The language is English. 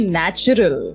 natural